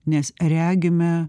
nes regime